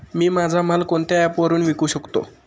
मी माझा माल कोणत्या ॲप वरुन विकू शकतो?